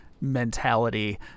mentality